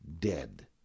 dead